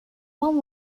one